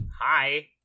Hi